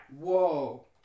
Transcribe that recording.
Whoa